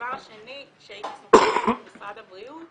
הדבר השני שהייתי שמחה לשמוע ממשרד הבריאות